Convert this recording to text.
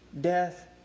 death